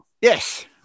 Yes